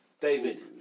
David